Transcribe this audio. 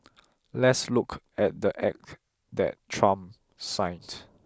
let's look at the act that Trump signed